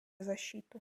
защиту